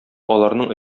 аларның